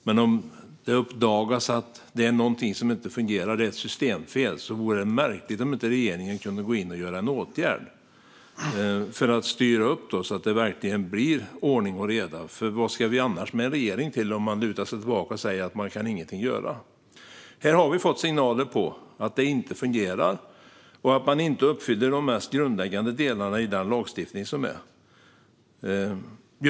Men om det uppdagas att någonting inte fungerar, att det är ett systemfel, vore det märkligt om regeringen inte kunde vidta någon åtgärd för att styra upp så att det blir ordning och reda. Vad ska vi annars med en regering till om den bara lutar sig tillbaka och säger att man inte kan göra någonting? Det har ju kommit signaler om att det inte fungerar och att de mest grundläggande delarna i den lagstiftning som finns inte uppfylls.